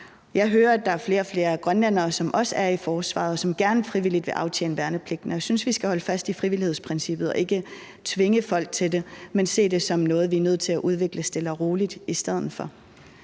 Jeg hører, at der er flere og flere grønlændere, som også er i forsvaret, som gerne frivilligt vil aftjene værnepligten. Jeg synes, vi skal holde fast i frivillighedsprincippet og ikke tvinge folk til det, men se det som noget, vi er nødt til at udvikle stille og roligt i stedet for.